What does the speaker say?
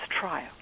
trial